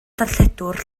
darlledwr